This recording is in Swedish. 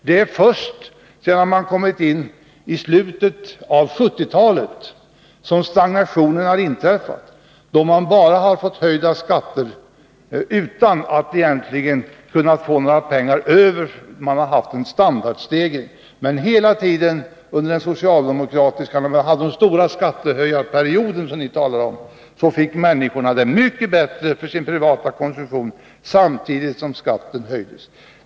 Det är först sedan vi kom fram till slutet av 1970-talet som stagnationen inträffade, då man bara har fått höjda skatter utan att egentligen få några pengar över till en standardstegring. Men hela tiden under den socialdemokratiska perioden, med stora skattehöjningar, som ni talar om, fick människorna det mycket bättre och högre privat konsumtion, samtidigt som skatten höjdes.